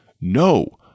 No